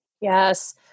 Yes